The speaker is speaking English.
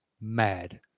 mad